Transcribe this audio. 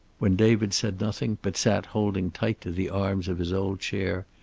when david said nothing, but sat holding tight to the arms of his old chair,